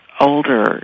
older